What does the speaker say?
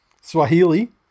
Swahili